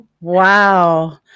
wow